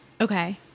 Okay